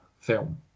film